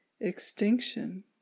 extinction